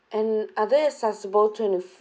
and are they accessible twenty